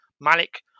Malik